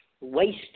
waste